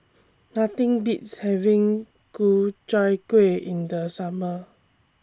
Nothing Beats having Ku Chai Kuih in The Summer